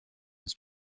his